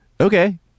Okay